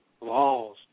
laws